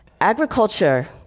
Agriculture